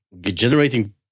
generating